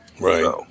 Right